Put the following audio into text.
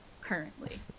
currently